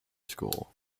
school